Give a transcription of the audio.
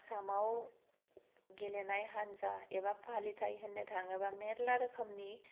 आसामाव गेलेनाय हान्जा एबा फालिथाय होन्नो थांङोब्ला मेर्ल्ला रोखोमनि